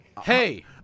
Hey